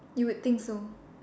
you would think so